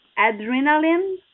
adrenaline